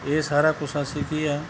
ਇਹ ਸਾਰਾ ਕੁਛ ਅਸੀਂ ਕੀ ਹੈ